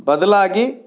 ಬದಲಾಗಿ